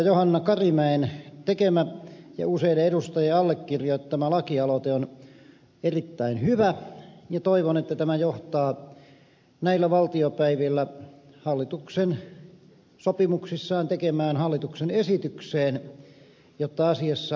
johanna karimäen tekemä ja useiden edustajien allekirjoittama lakialoite on erittäin hyvä ja toivon että tämä johtaa näillä valtiopäivillä hallituksen sopimuksissaan tekemään hallituksen esitykseen jotta asiassa päästään eteenpäin